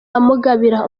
amugabira